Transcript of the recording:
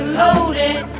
loaded